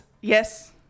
Yes